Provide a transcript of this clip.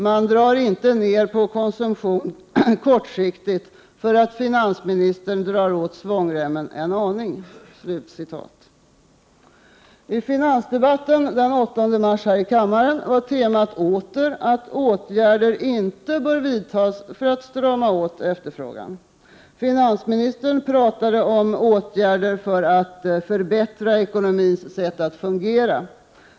Man drar inte ned på konsumtionen kortsiktigt för att finansministern drar åt svångremmen en aning.” I finansdebatten den 8 mars var temat åter att åtgärder inte bör vidtas för att strama åt efterfrågan. Finansministern talade om åtgärder för ”att förbättra ekonomins sätt att fungera”.